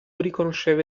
riconosceva